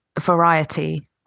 variety